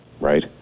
right